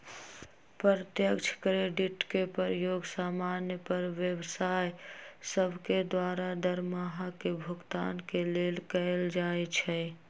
प्रत्यक्ष क्रेडिट के प्रयोग समान्य पर व्यवसाय सभके द्वारा दरमाहा के भुगतान के लेल कएल जाइ छइ